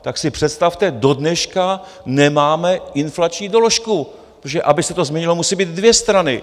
Tak si představte, dodneška nemáme inflační doložku, protože aby se to změnilo, musí být dvě strany.